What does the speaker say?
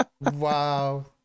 Wow